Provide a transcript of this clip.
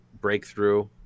breakthrough